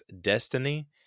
Destiny